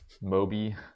moby